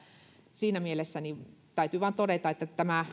siinä mielessä täytyy vain todeta että tämä